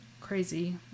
crazy